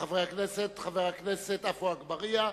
חבר הכנסת עפו אגבאריה,